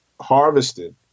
harvested